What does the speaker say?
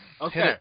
Okay